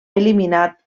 eliminat